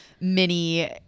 mini